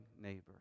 neighbor